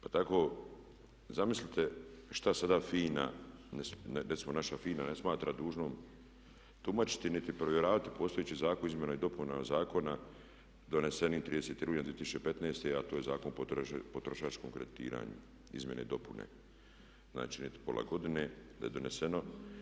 Pa tako zamislite što sada FINA, recimo naša FINA ne smatra dužnom tumačiti niti provjeravati postojeći zakon o izmjenama i dopunama zakona donesenog 30. rujna 2015., a to je Zakon o potrošačkom kreditiranju, izmjene i dopune, znači niti pola godine da je doneseno.